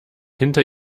hinter